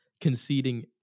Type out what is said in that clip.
conceding